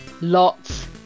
Lots